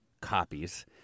copies